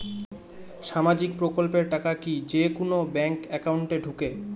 সামাজিক প্রকল্পের টাকা কি যে কুনো ব্যাংক একাউন্টে ঢুকে?